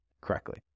correctly